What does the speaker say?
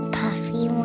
puffy